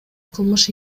кылмыш